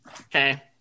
Okay